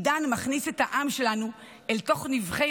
עידן מכניס את העם שלנו אל תוך נבכי